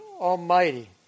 Almighty